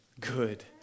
good